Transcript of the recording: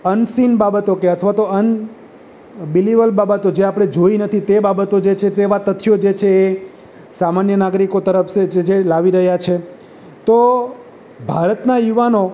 unseen બાબતો કે અથવા તો અનબીલીવલ બાબતો જે આપણે જોઈ નથી તે બાબતો જે છે તેવા તથ્યો જે છે એ સામાન્ય નાગરિકો તરફ છે જે લાવી રહ્યા છે તો ભારતના યુવાનો